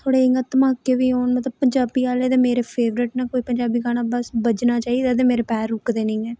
बड़े इयां धमाके बी होन मतलब पंजाबी आह्ले ते मेरे फेवरट न कोई पंजाबी गाना बस बज्जना चाहिदा ते मेरे पैर रुकदे नेईं हैन